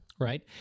Right